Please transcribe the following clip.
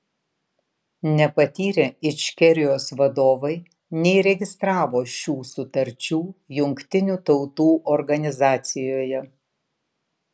nepatyrę ičkerijos vadovai neįregistravo šių sutarčių jungtinių tautų organizacijoje